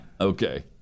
Okay